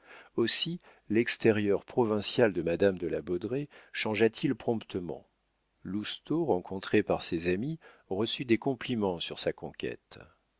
aussi l'extérieur provincial de madame de la baudraye changea t il promptement lousteau rencontré par ses amis reçut des compliments sur sa conquête